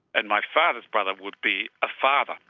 and my father's brother would be a father,